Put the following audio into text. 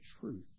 truth